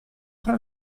fra